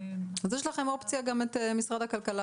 אז יש לכם אופציה גם להיעזר במשרד הכלכלה